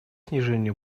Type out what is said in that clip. снижения